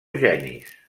genis